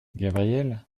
gabrielle